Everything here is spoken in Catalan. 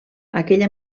aquella